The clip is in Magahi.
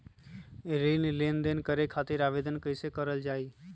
ऋण लेनदेन करे खातीर आवेदन कइसे करल जाई?